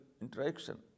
interaction